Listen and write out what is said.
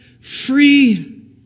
Free